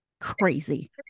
crazy